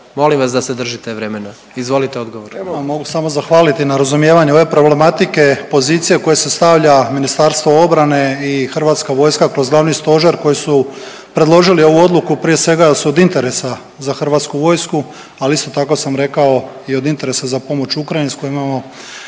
molim vas da se držite vremena. Izvolite odgovor.